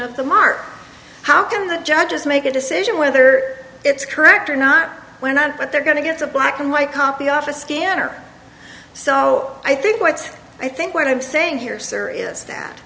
of the mark how can the judges make a decision whether it's correct or not we're not but they're going to get a black and white copy off a scanner so i think what i think what i'm saying here sir is that